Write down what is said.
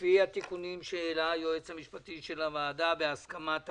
עם התיקונים שהעלה היועץ המשפטי של הוועדה בהסכמת המציע,